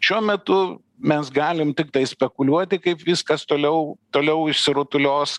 šiuo metu mes galim tiktai spekuliuoti kaip viskas toliau toliau išsirutulios